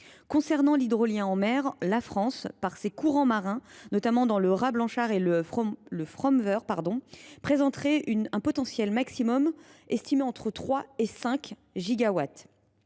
Concernant l’hydrolien en mer, la France, par ses courants marins, notamment ceux du raz Blanchard et du passage de Fromveur, présenterait un potentiel maximum estimé entre 3 et 5 gigawatts.